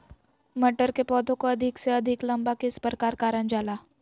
मटर के पौधा को अधिक से अधिक लंबा किस प्रकार कारण जाला?